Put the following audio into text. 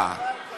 אין דבר כזה.